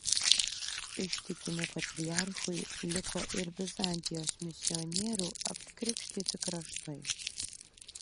ištikimi patriarchui liko ir bizantijos misionierių apkrikštyti kraštai